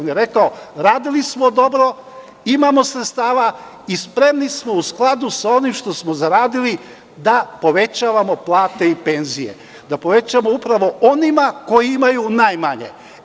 On je rekao – radili smo dobro, imamo sredstava i spremni smo, u skladu sa onim što smo zaradili, da povećavamo plate i penzije, da povećamo upravo onima koji imaju najmanje.